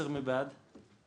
הצבעה בעד ההסתייגות 5 נגד,